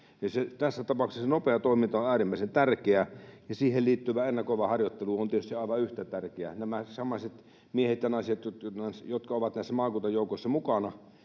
tässä tapauksessa se nopea toiminta on äärimmäisen tärkeää, ja siihen liittyvä ennakoiva harjoittelu on tietysti on aivan yhtä tärkeää. Nämä samaiset miehet ja naiset, jotka ovat näissä maakuntajoukoissa mukana,